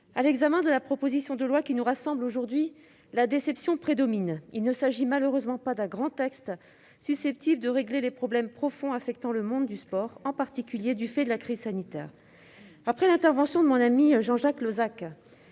à l'examen de la proposition de loi qui nous rassemble aujourd'hui, la déception prédomine : il ne s'agit malheureusement pas d'un grand texte, susceptible de régler les problèmes profonds affectant le monde du sport, en particulier du fait de la crise sanitaire. Après l'intervention de mon ami Jean-Jacques Lozach,